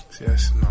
Yes